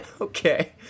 okay